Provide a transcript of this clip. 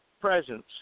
presence